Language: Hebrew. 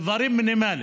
בדברים מינימליים.